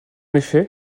effet